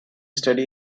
study